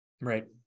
Right